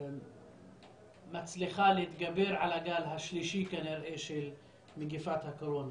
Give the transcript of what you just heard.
הייתה מצליחה להתגבר על הגל השלישי של מגפת הקורונה.